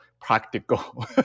practical